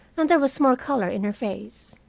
and there was more color in her face.